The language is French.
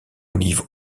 olive